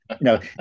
no